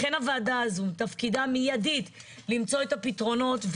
לכן הוועדה הזו תפקידה מיידית למצוא את הפתרונות,